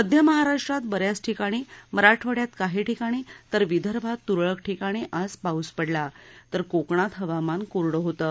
मध्य महाराष्ट्रात ब याच ठिकाणी मराठवाड्यात काही ठिकाणी तर विदर्भात तुरळक ठिकाणी आज पाऊस पडला तर कोकणात हवामान कोरडं होतं